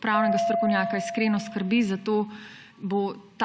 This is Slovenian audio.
pravnega strokovnjaka iskreno skrbi, zato bo taka